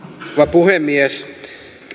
puhemies